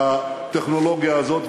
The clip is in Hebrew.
במעלה הטכנולוגיה הזו,